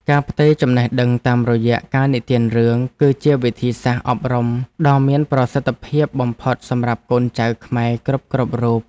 ការផ្ទេរចំណេះដឹងតាមរយៈការនិទានរឿង គឺជាវិធីសាស្ត្រអប់រំដ៏មានប្រសិទ្ធភាពបំផុតសម្រាប់កូនចៅខ្មែរគ្រប់ៗរូប។